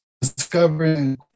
discovering